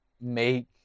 make